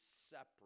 separate